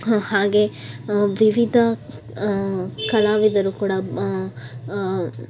ಹಾಗೇ ವಿವಿಧ ಕಲಾವಿದರು ಕೂಡ ಬ